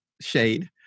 shade